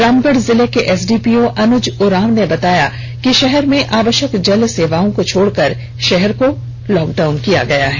रामगढ़ जिले के एसडीपीओ अनुज उरांव ने बताया कि शहर में आवष्यक जल सेवाओं को छोड़कर शहर को लॉकडाउन किया गया है